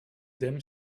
dim